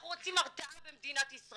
אנחנו רוצים הרתעה במדינת ישראל,